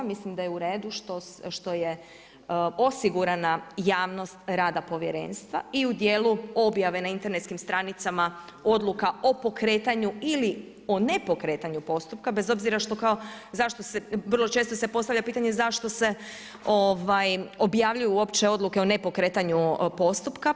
Mislim da je u redu, što je osigurana, javnost rada povjerenstva i u dijelu objave na internetskim stranicama, odluka o pokretanju ili o nepokretanju postupka, bez obzira što kao, vrlo često se postavlja pitanje, zašto se, objavljuju uopće odluke o nepokretanju postupka.